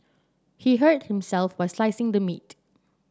he hurt himself while slicing the meat